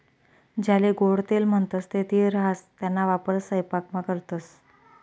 ज्याले गोडं तेल म्हणतंस ते तीळ राहास त्याना वापर सयपाकामा करतंस